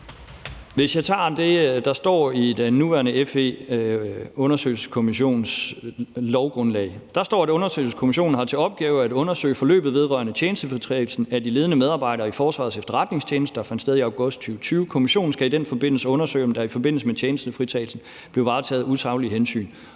Hvis jeg tager det, der står i den nuværende FE-undersøgelseskommissions lovgrundlag, står der: »Undersøgelseskommissionen har til opgave at undersøge forløbet vedrørende tjenestefritagelsen af ledende medarbejdere i Forsvarets Efterretningstjeneste, der fandt sted i august 2020. Kommissionen skal i den forbindelse undersøge, om der i forbindelse med tjenestefritagelsen blev varetaget usaglige hensyn.«